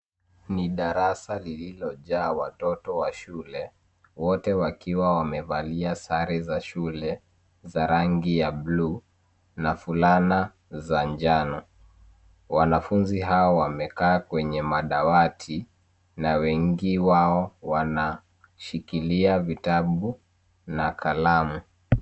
Ni darasa lililojaa watoto wa shule, wote wakiwa wamevalia sare za shule, za rangi ya blue , na fulana za njano. Wanafunzi hao wamekaa kwenye madawati, na wengi wao wanashikilia vitabu, na kalamu.